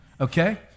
Okay